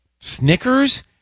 Snickers